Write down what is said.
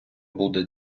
буде